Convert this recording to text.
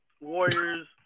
Warriors